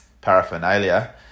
paraphernalia